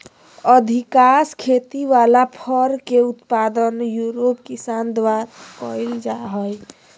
अधिकांश खेती वला फर के उत्पादन यूरोप किसान द्वारा कइल जा हइ